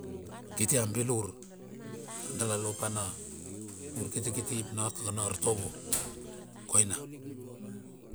Kiti a bilur dala lopa na urkitikiti ap na kaka na artovo koina.